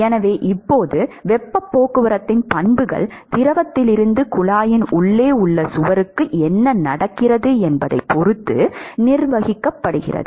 எனவே இப்போது வெப்பப் போக்குவரத்தின் பண்புகள் திரவத்திலிருந்து குழாயின் உள்ளே உள்ள சுவருக்கு என்ன நடக்கிறது என்பதைப் பொறுத்து நிர்வகிக்கப்படுக்கிறது